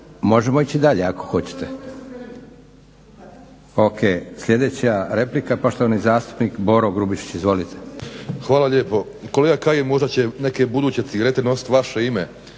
možemo ići dalje ako hoćete. o.k. sljedeća replika poštovani zastupnik Boro Grubišić. Izvolite. **Grubišić, Boro (HDSSB)** Hvala lijepo. Kolega Kajin možda će neke buduće cigarete nositi vaše ime